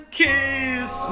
kiss